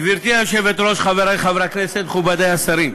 גברתי היושבת-ראש, חברי חברי הכנסת, מכובדי השרים,